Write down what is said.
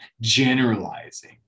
generalizing